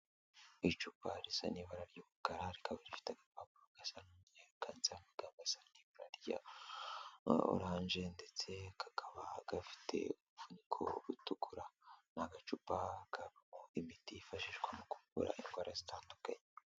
Icupa risa n'ibara ry'umukara, rikaba rifite agapapuro gasa n'umweru kanditseho amagambo asa n'ibara rya orange ndetse kakaba gafite umuvuniko utukura, ni agacupa kabikwamo imiti yifashishwa mu kuvura indwara zitandukanye.